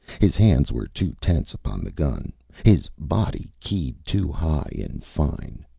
his hands were too tense upon the gun, his body keyed too high and fine.